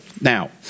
Now